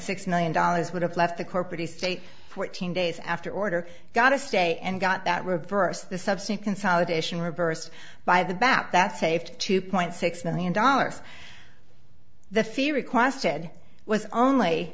six million dollars would have left the corporate estate fourteen days after order got to stay and got that reverse the subsidy consolidation reversed by the bout that saved two point six million dollars the fee requested was only